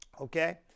okay